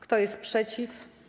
Kto jest przeciw?